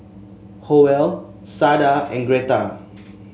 Howell Sada and Greta